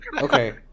Okay